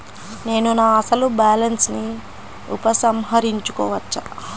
నేను నా అసలు బాలన్స్ ని ఉపసంహరించుకోవచ్చా?